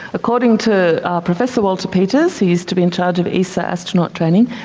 according to professor walter peeters, he used to be in charge of esa astronaut training,